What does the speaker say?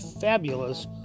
fabulous